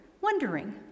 Wondering